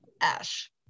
Ash